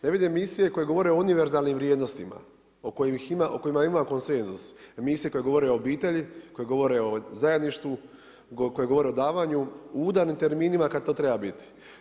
Ne vidim emisije koje govore o univerzalnim vrijednostima o kojima ima konsenzus, emisije koje govore o obitelji, koje govore o zajedništvu, koje govore o davanju u udarnim terminima kad to treba biti.